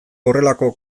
horrelako